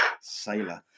sailor